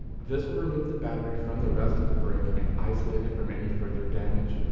this will remove the battery from the rest of the brick and isolate it from any further damage,